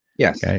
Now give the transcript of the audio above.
yes. yeah